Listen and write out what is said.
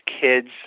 kids